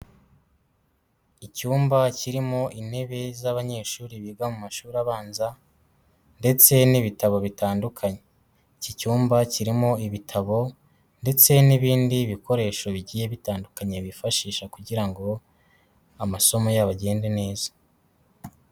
Icyumba kirimo intebe z'abanyeshuri biga mu mashuri abanza ndetse n'ibitabo bitandukanye, iki cyumba kirimo ibitabo ndetse n'ibindi bikoresho bigiye bitandukanye bifashisha kugira ngo amasomo yabo agende neza.